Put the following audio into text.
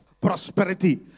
prosperity